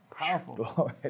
Powerful